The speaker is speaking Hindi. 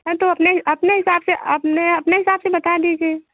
हाँ तो अपने अपने हिसाब से अपने हिसाब से बता दीजिए